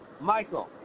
michael